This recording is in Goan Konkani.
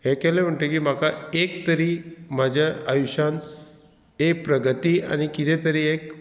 हें केलें म्हणटकीर म्हाका एक तरी म्हज्या आयुश्यान एक प्रगती आनी कितें तरी एक